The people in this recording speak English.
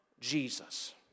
Jesus